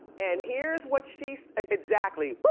and here's what she, exactly, woo,